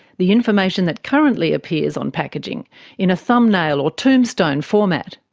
the information that currently appears on packaging in a thumbnail or tombstone format.